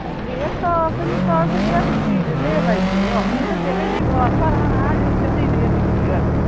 rate तऽ एखन सबके रेट गिरले हइके एखन तऽ देखै छी घर घर अनाज उपजले रेट गिरल हइ